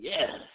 Yes